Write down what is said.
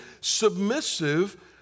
submissive